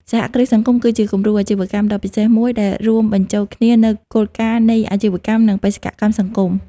សហគ្រាសសង្គម គឺជាគំរូអាជីវកម្មដ៏ពិសេសមួយ ដែលរួមបញ្ចូលគ្នានូវគោលការណ៍នៃអាជីវកម្ម និងបេសកកម្មសង្គម។